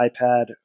iPad